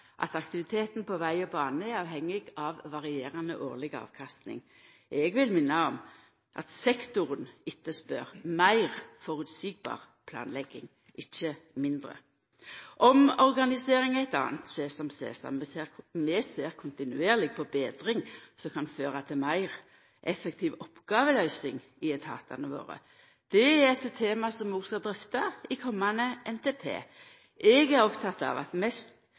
at aktiviteten på veg og bane er avhengig av varierande årleg avkasting. Eg vil minna om at sektoren etterspør meir føreseieleg planlegging, ikkje mindre. Omorganisering er eit anna sesam, sesam. Vi ser kontinuerleg på betring som kan føra til meir effektiv oppgåveløysing i etatane våre. Det er eit tema som vi òg skal drøfta i komande NTP. Eg er oppteken av mest